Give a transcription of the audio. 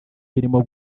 birimo